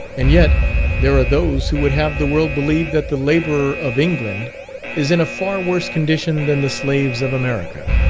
and yet there are those who would have the world believe that the labourer of england is in a far worse condition than the slaves of america.